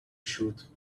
shoot